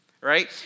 right